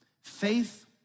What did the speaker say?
Faith